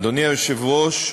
אדוני היושב-ראש,